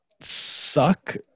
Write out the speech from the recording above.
suck